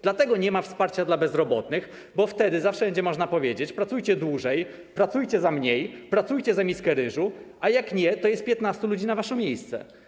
Dlatego nie ma wsparcia dla bezrobotnych, bo wtedy zawsze będzie można powiedzieć: pracujcie dłużej, pracujcie za mniej, pracujcie za miskę ryżu, a jak nie, to jest 15 osób na wasze miejsce.